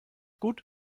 gut